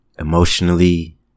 Emotionally